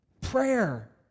Prayer